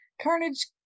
Carnage